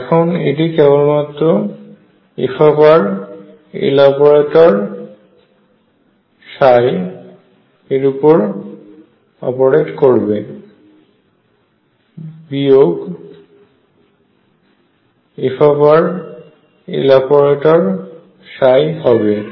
এখন এটি কেবল মাত্র fLoperator এর উপর অপরেট করবে বিয়োগ frLoperator ψ হবে